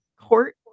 court